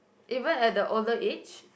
even at the older age